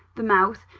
the mouth,